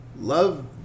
love